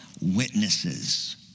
witnesses